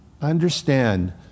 Understand